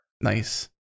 Nice